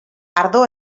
ardo